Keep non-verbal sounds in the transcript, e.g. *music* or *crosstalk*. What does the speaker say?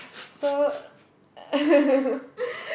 so *laughs*